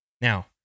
Now